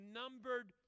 numbered